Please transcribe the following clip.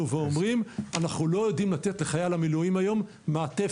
ואומרים: אנחנו לא יודעים לתת לחייל המילואים היום מעטפת,